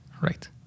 right